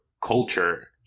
culture